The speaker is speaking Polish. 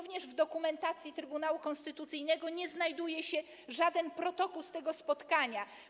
W dokumentacji Trybunału Konstytucyjnego również nie znajduje się żaden protokół z tego spotkania.